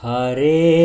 Hare